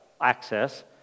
access